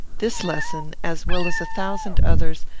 this lesson, as well as a thousand others,